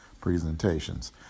presentations